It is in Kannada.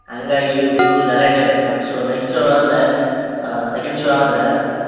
ಹಾಗಾಗೀ ಫುಲ್ ಗಲಾಟೆ ಇರುತ್ತೆ ಫಟ್ ಶೋ ನೆಕ್ಸ್ಟ್ ಶೋ ಆದರೆ ಸೆಕೆಂಡ್ ಶೋ ಆದ್ರೆ